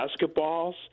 basketballs